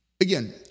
Again